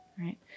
right